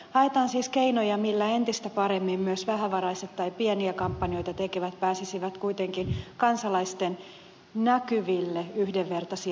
haetaan siis keinoja millä entistä paremmin myös vähävaraiset tai pieniä kampanjoita tekevät pääsisivät kuitenkin kansalaisten näkyville yhdenvertaisin ja reiluin keinoin